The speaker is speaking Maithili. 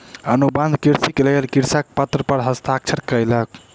अनुबंध कृषिक लेल कृषक पत्र पर हस्ताक्षर कयलक